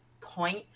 point